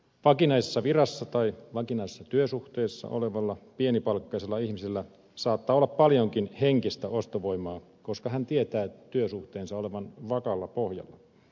vakinaisessa virassa tai vakinaisessa työsuhteessa olevalla pienipalkkaisella ihmisellä saattaa olla paljonkin henkistä ostovoimaa koska hän tietää työsuhteensa olevan vakaalla pohjalla